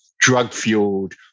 drug-fueled